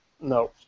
no